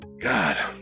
God